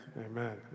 Amen